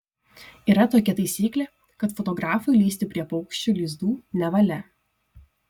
yra tokia taisyklė kad fotografui lįsti prie paukščių lizdų nevalia